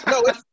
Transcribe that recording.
No